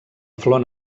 flor